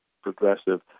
Progressive